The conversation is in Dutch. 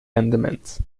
rendement